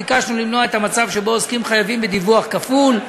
ביקשנו למנוע את המצב שבו עוסקים חייבים בדיווח כפול,